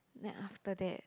then after that